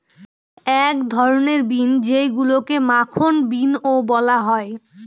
এক ধরনের বিন যেইগুলাকে মাখন বিনও বলা হয়